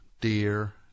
dear